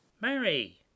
mary